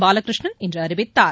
பாலகிருஷ்ணன் இன்று அறிவித்தார்